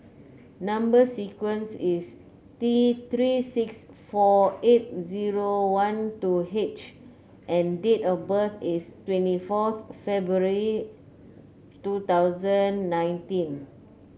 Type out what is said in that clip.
number sequence is T Three six four eight zero one two H and date of birth is twenty forth February two thousand nineteen